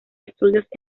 estudios